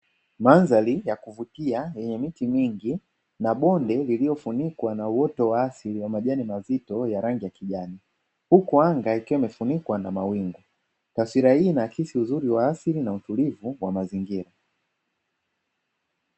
Mandhari ya kuvutia yenye miti mingi na bonde lililofunikwa na uoto wa asili wa majani mazito ya rangi ya kijani. Huku anga ikiwa imefunikwa na mawingu. Taswira hii inaakisi uzuri wa asili na utulivu wa mazingira.